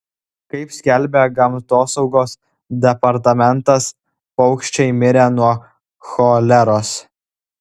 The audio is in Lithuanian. kaip skelbia gamtosaugos departamentas paukščiai mirė nuo choleros